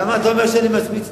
למה אתה אומר שאני משמיץ?